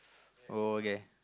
oh okay